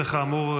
כאמור,